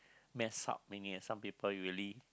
messed up many of some people really